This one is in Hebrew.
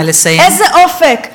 איזה אופק,